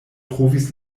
trovis